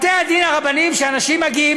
בתי-הדין הרבניים, שאנשים מגיעים